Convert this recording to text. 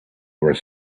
where